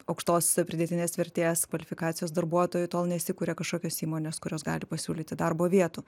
aukštos pridėtinės vertės kvalifikacijos darbuotoj tol nesikuria kažkokios įmonės kurios gali pasiūlyti darbo vietų